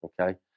okay